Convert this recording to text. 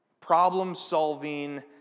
problem-solving